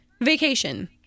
vacation